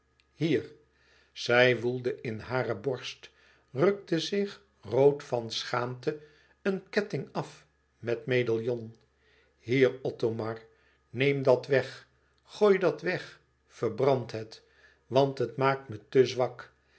hier zij woelde in hare borst rukte zich rood van schaamte een ketting af met medaillon hier othomar neem dat weg gooi dat weg verbrand het want het maakt me te zwak